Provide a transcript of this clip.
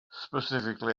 specifically